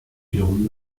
wiederum